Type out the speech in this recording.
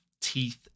teeth